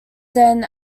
then